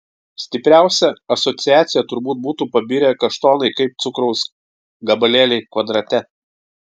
stipriausia asociacija turbūt būtų pabirę kaštonai kaip cukraus gabalėliai kvadrate